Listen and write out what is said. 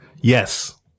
Yes